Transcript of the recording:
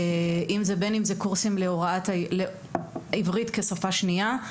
קורס עברית כשפה שנייה.